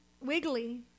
Wiggly